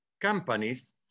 Companies